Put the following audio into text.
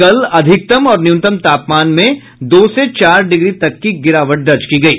कल अधिकतम और न्यूनतम तापमान में दो से चार डिग्री तक की गिरावट दर्ज की गयी